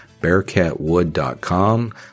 BearCatWood.com